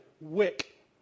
wick